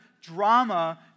drama